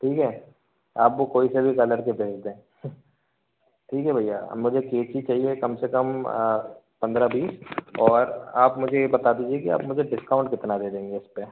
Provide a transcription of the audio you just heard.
ठीक है आप वह कोई सा भी कलर के भेज दें ठीक है भैया मुझे कैची चाहिए कम से कम पंद्रह बीस और आप मुझे ये बता दीजिए कि आप मुझे डिस्काउंट कितना दे देंगे इसपर